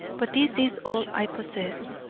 but this is all i possess,